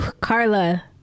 Carla